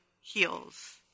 heals